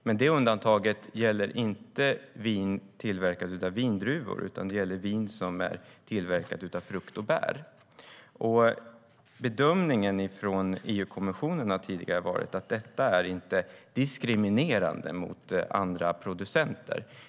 Men det undantaget gäller inte vin tillverkat av vindruvor, utan det gäller vin som är tillverkat av frukt och bär. Bedömningen från EU-kommissionen har tidigare varit att detta inte är diskriminerande mot andra producenter.